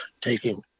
taking